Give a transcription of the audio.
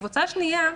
הקבוצה השנייה,